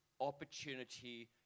opportunity